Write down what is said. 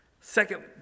Second